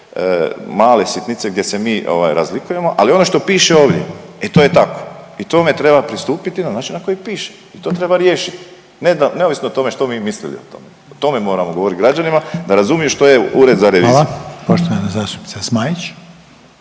male sitnice gdje se mi ovaj razlikujemo, ali ono što piše ovdje e to je tako i tome treba pristupiti na način na koji piše i to treba riješiti neovisno o tome što mi mislili o tome. O tome moramo govoriti građanima da razumiju što je ured …/Upadica: Hvala./… za reviziju.